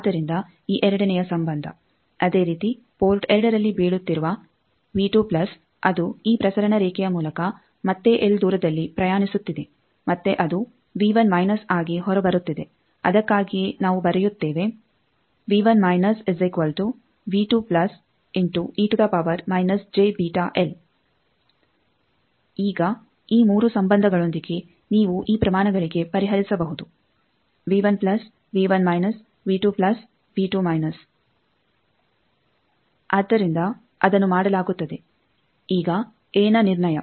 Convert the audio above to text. ಆದ್ದರಿಂದ ಈ ಎರಡನೆಯ ಸಂಬಂಧ ಅದೇ ರೀತಿ ಪೋರ್ಟ್ 2 ನಲ್ಲಿ ಬೀಳುತ್ತಿರುವ ಅದು ಈ ಪ್ರಸರಣ ರೇಖೆಯ ಮೂಲಕ ಮತ್ತೆ ಎಲ್ ದೂರದಲ್ಲಿ ಪ್ರಯಾಣಿಸುತ್ತಿದೆ ಮತ್ತು ಅದು ಆಗಿ ಹೊರಬರುತ್ತಿದೆ ಅದಕ್ಕಾಗಿಯೇ ನಾವು ಬರೆಯುತ್ತೇವೆ ಈಗ ಈ ಮೂರು ಸಂಬಂಧಗಳೊಂದಿಗೆ ನೀವು ಈ ಪ್ರಮಾಣಗಳಿಗೆ ಪರಿಹರಿಸಬಹುದು ಆದ್ದರಿಂದ ಅದನ್ನು ಮಾಡಲಾಗುತ್ತದೆ ಈಗ ಎ ನ ನಿರ್ಣಯ